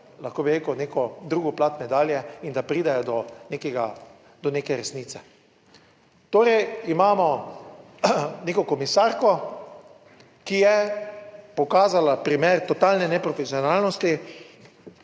lahko bi rekel neko drugo plat medalje in da pridejo do nekega, do neke resnice. Torej, imamo neko komisarko, ki je pokazala primer totalne neprofesionalnosti